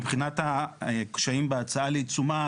מבחינת הקשיים בהצעה לעיצומה,